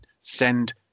send